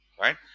Right